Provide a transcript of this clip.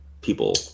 people